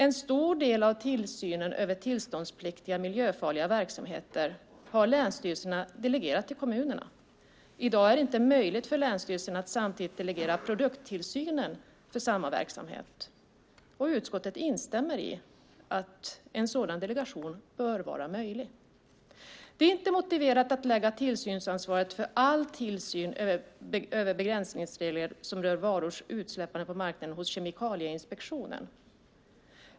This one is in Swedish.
En stor del av tillsynen över tillståndspliktiga miljöfarliga verksamheter har länsstyrelserna delegerat till kommunerna. I dag är det inte möjligt för länsstyrelserna att samtidigt delegera produkttillsynen för samma verksamhet. Utskottet instämmer i att en sådan delegering bör vara möjlig. Det är inte motiverat att lägga tillsynsansvaret för all tillsyn över begränsningsregler som rör varors utsläppande på marknaden hos Kemikalieinspektionen.